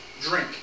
Drink